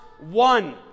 one